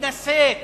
מתנשאת,